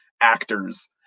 actors